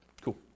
Cool